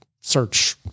search